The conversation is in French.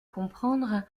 comprendre